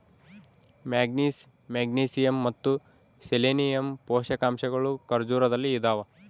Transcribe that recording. manganese magnesium ಮತ್ತು selenium ಪೋಷಕಾಂಶಗಳು ಖರ್ಜೂರದಲ್ಲಿ ಇದಾವ